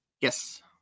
Yes